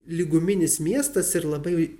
lyguminis miestas ir labai